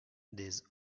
des